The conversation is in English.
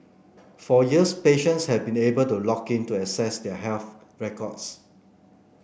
for years patients have been able to log in to access their health records